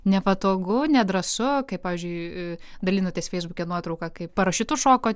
nepatogu nedrąsu kaip pavyzdžiui dalinatės feisbuke nuotrauka kaip parašiutu šoko